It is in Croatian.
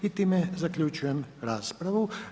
I time zaključujem raspravu.